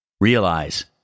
Realize